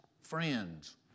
friends